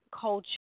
culture